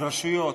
הרשויות,